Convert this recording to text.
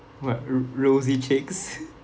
what ro~ rosy cheeks